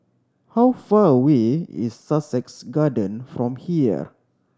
how far away is Sussex Garden from here